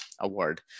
award